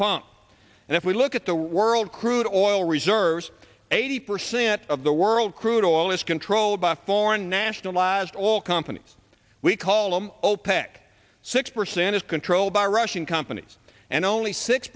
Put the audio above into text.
pump and if we look at the world crude oil reserves eighty percent of the world crude oil is controlled by foreign national last oil companies we call them opec six percent is controlled by russian companies and only six